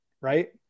Right